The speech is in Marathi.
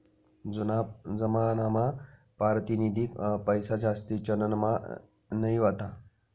जूना जमानामा पारतिनिधिक पैसाजास्ती चलनमा नयी व्हता